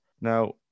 Now